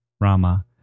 Rama